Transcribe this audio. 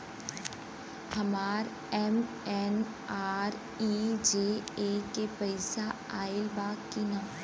हमार एम.एन.आर.ई.जी.ए के पैसा आइल बा कि ना?